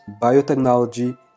biotechnology